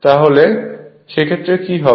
তাহলে সে ক্ষেত্রে কী হবে